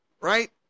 Right